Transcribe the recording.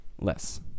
Less